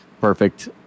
perfect